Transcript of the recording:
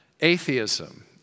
atheism